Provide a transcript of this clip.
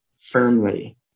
firmly